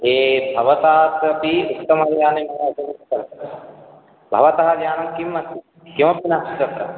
ये भवतात् अपि उत्तमयाने मया उपविष्टं भवतः यानं किम् अस्ति किमपि नास्ति तत्र